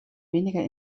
weniger